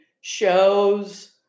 shows